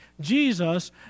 Jesus